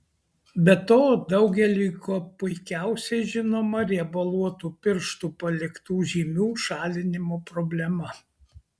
be to daugeliui kuo puikiausiai žinoma riebaluotų pirštų paliktų žymių šalinimo problema